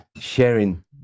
sharing